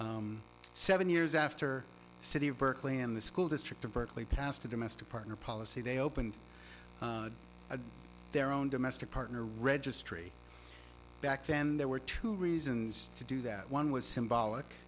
seven years after the city of berkeley and the school district of berkeley passed a domestic partner policy they opened their own domestic partner registry back then there were two reasons to do that one was symbolic